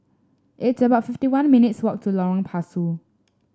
it's about fifty one minutes walk to Lorong Pasu